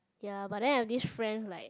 ya but then I have this friend like